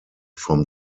from